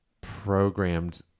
programmed